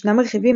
ישנם רכיבים,